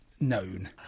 Known